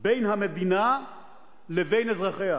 בין המדינה לבין אזרחיה.